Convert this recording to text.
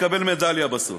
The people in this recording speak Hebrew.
תקבל מדליה בסוף.